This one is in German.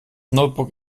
notebook